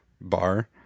bar